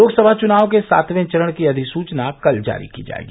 लोकसभा चुनाव के सातवें चरण की अधिसूचना कल जारी की जायेगी